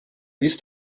ist